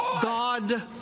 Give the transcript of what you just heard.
God